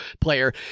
player